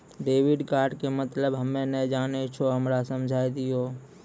Debit card के मतलब हम्मे नैय जानै छौ हमरा समझाय दियौ?